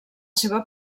seva